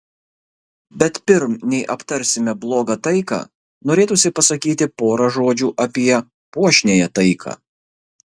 bet pirm nei aptarsime blogą taiką norėtųsi pasakyti porą žodžių apie puošniąją taiką